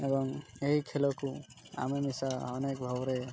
ଏବଂ ଏହି ଖେଳକୁ ଆମେ ମିିଶା ଅନେକ ଭାବରେ